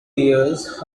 years